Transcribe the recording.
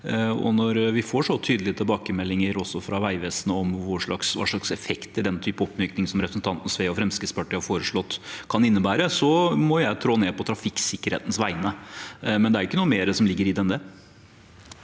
når vi får så tydelige tilbakemeldinger fra Vegvesenet om hva slags effekter den type oppmyking som representanten Sve og Fremskrittspartiet har foreslått, kan innebære, må jeg sette foten ned på trafikksikkerhetens vegne. Det er ikke noe mer som ligger i det enn